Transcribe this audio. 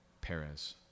perez